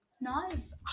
Nice